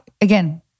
again